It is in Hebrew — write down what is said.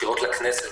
בחירות לכנסת,